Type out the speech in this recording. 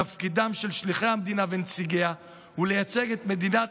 תפקידם של שליחי המדינה ונציגיה הוא לייצג את מדינת